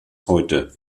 heute